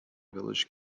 village